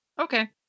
Okay